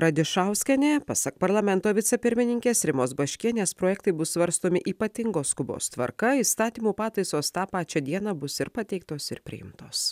radišauskienė pasak parlamento vicepirmininkės rimos baškienės projektai bus svarstomi ypatingos skubos tvarka įstatymų pataisos tą pačią dieną bus ir pateiktos ir priimtos